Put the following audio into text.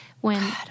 when-